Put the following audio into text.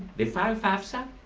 they file fafsa,